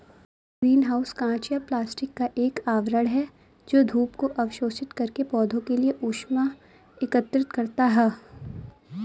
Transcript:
green house कांच या plastic का एक आवरण है जो धूप को अवशोषित करके पौधों के लिए ऊष्मा एकत्रित करता है